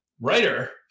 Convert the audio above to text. Writer